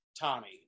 Tommy